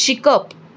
शिकप